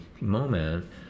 moment